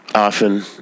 often